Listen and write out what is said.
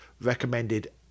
recommended